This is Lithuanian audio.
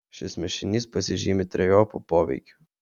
šis mišinys pasižymi trejopu poveikiu